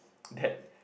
that